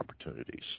opportunities